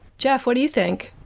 jeff, what do you think?